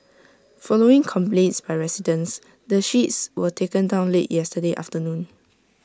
following complaints by residents the sheets were taken down late yesterday afternoon